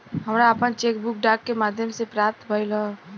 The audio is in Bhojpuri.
हमरा आपन चेक बुक डाक के माध्यम से प्राप्त भइल ह